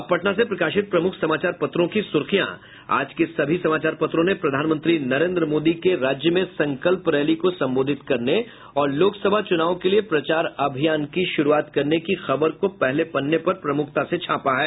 अब पटना से प्रकाशित प्रमुख समाचार पत्रों की सुर्खियां आज के सभी समाचार पत्रों ने प्रधानमंत्री नरेंद्र मोदी के राज्य में संकल्प रैली को संबोधित करने और लोकसभा चूनाव के लिये प्रचार की अभियान शुरूआत करने की खबर को पहले पन्ने पर प्रमुखता से छापा है